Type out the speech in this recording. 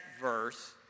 verse